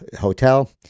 hotel